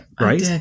right